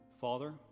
Father